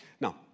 Now